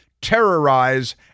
terrorize